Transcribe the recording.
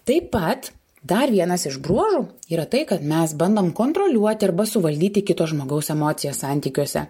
taip pat dar vienas iš bruožų yra tai kad mes bandom kontroliuoti arba suvaldyti kito žmogaus emocijas santykiuose